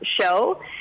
show